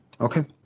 Okay